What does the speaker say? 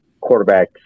quarterback